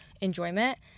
enjoyment